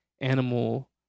animal